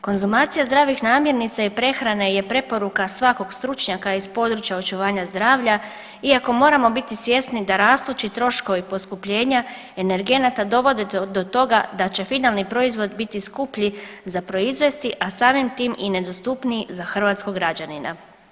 Konzumacija zdravih namirnica i prehrane je preporuka svakog stručnjaka iz područja očuvanja zdravlja iako moramo biti svjesni da rastući troškovi poskupljenja energenata dovode do toga da će finalni proizvod biti skuplji za proizvesti, a samim tim i nedostupniji za hrvatskog građanina.